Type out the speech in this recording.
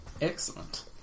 Excellent